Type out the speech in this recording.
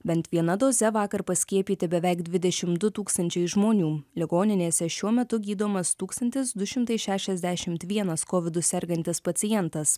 bent viena doze vakar paskiepyti beveik dvidešim du tūkstančiai žmonių ligoninėse šiuo metu gydomas tūkstantis du šimtai šešiasdešimt vienas kovidu sergantis pacientas